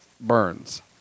burns